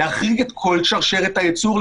להחריג את כל שרשרת הייצור,